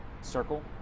circle